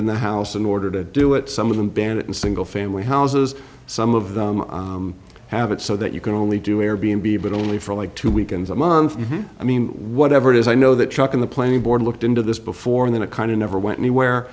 in the house in order to do it some of them banned it in single family houses some of them have it so that you can only do air b n b but only for like two weekends a month i mean whatever it is i know that chuck in the planning board looked into this before in a kind of never went anywhere